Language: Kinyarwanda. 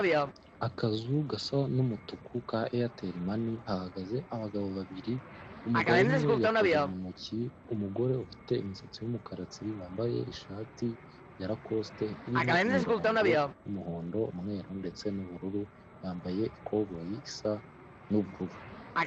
Akazu gasa n'umutuku ka eyeteli mani hahagaze abagabo babibir umwe yakoze mu ntoki umugore ufite imisatsi y'umukara tsiriri wambaye ishati ya rakosite irimo imirongo y'umuhondo, umweru ndetse n'ubururu yambaye ikoboye isa n'ubururu.